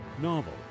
novel